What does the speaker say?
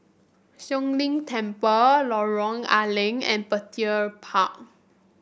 Siong Lim Temple Lorong A Leng and Petir Park